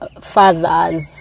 fathers